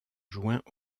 joint